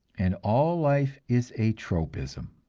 and all life is a tropism.